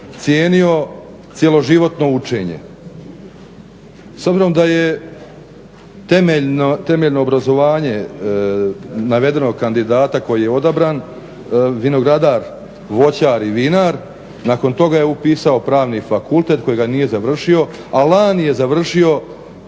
cijenio cjeloživotno učenje. S obzirom da je temeljno obrazovanje navedenog kandidata koji je odabran vinogradar, voćar i vinar nakon toga je upisao Pravni fakultet kojega nije završio, a lani je završio